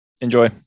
enjoy